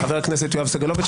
חבר הכנסת יואב סגלוביץ',